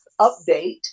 update